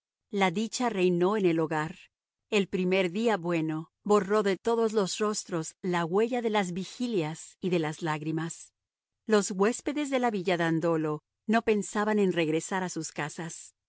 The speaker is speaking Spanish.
la dicha reinó en el hogar el primer día bueno borró de todos los rostros la huella de las vigilias y de las lágrimas los huéspedes de la villa dandolo no pensaban en regresar a sus casas